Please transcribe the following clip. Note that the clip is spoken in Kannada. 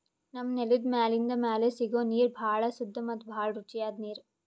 ನಮ್ಮ್ ನೆಲದ್ ಮ್ಯಾಲಿಂದ್ ಮ್ಯಾಲೆ ಸಿಗೋ ನೀರ್ ಭಾಳ್ ಸುದ್ದ ಮತ್ತ್ ಭಾಳ್ ರುಚಿಯಾದ್ ನೀರ್